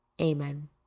Amen